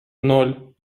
ноль